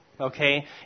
okay